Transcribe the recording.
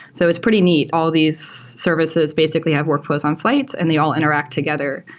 so it's pretty neat. all these services basically have workflows on flyte and they all interact together.